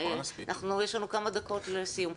יש לנו כמה דקות לסיום.